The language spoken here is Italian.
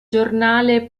giornale